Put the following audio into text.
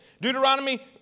Deuteronomy